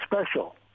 special